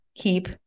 keep